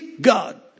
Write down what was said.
God